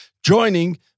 Joining